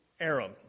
Aram